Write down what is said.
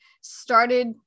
started